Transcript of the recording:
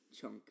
Chunk